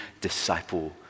disciple